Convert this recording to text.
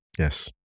Yes